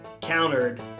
countered